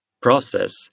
process